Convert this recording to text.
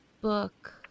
book